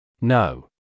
No